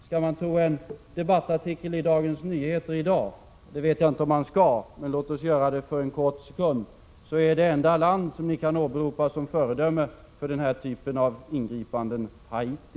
Skall man tro en debattartikel i Dagens Nyheter i dag — det vet jag inte om man skall, men låt oss göra det för en kort stund — är det enda land ni kan åberopa som förebild för denna typ av ingripanden Haiti.